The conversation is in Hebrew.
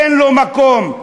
אין להם מקום.